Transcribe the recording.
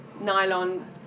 nylon